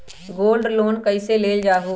Gold loan कईसे लेल जाहु?